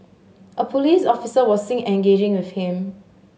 a police officer was seen engaging with him